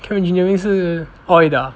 chem engineering 是 oil 的 ah